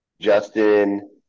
Justin